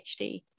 PhD